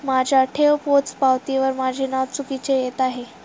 माझ्या ठेव पोचपावतीवर माझे नाव चुकीचे येत आहे